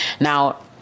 Now